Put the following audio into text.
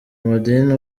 madini